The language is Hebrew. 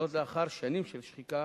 זאת, לאחר שנים של שחיקה